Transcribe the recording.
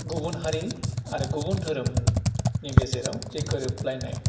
गुबुन हारि आरो गुबुन धोरोमनि गेजेराव जे गोरोबलायनाय